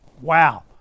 wow